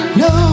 no